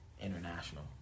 International